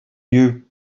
new